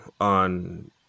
on